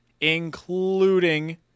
Including